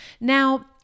Now